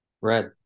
Red